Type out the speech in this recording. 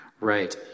right